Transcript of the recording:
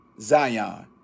Zion